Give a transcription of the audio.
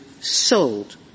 sold